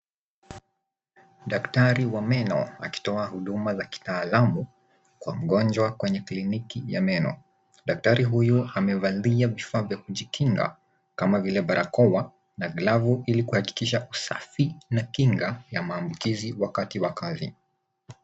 Daktari wa meno akitoa huduma za kitaalamu kwa mgonjwa kwenye kliniki ya meno. Daktari huyu amevalia vifaa vya kujikinga kama vile barakoa na glovu ili kuhakikisha usafi na kinga ya maambukizi wakati wa kazi.